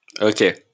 okay